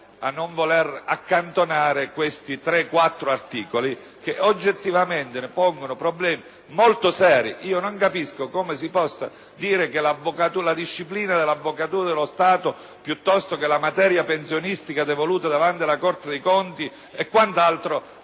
non voler accantonare questi tre articoli che, oggettivamente, pongono problemi molto seri. Non capisco come si possa sostenere che la disciplina dell'Avvocatura dello Stato piuttosto che la materia pensionistica devoluta davanti alla Corte dei conti e quant'altro